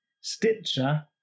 Stitcher